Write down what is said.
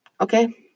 okay